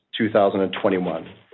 2021